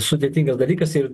sudėtingas dalykas ir